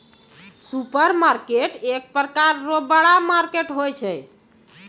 supermarket एक प्रकार रो बड़ा मार्केट होय छै